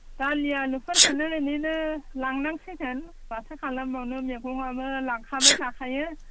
दालि आलुफोरखौनो बिदिनो लांनांसिगोन माथो खालामबावनो मैगंआबो लांखाबाय थाखायो